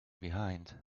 behind